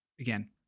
Again